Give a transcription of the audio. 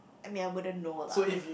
I mean I wouldn't know lah